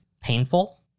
painful